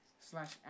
slash